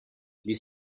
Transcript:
this